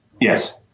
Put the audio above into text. Yes